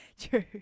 True